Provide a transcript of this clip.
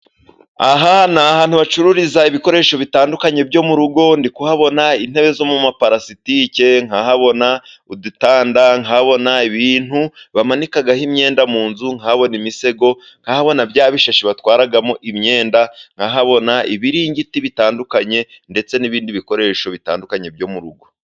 Aha ni ahantu bahacururiza ibikoresho bitandukanye byo mu rugo: ndi kuhabona intebe zo mu maparalasitike, nkahabona udutanda, nkahabona ibintu bamanikaho imyenda mu nzu, nkahabona imisego, nkahabona bya bishashi batwaramo imyenda, nkahabona ibiringiti bitandukanye, ndetse n'ibindi bikoresho bitandukanye byo mu rugo.